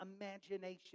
imagination